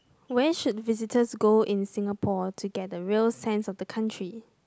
where should visitors go in Singapore to get a real sense of the country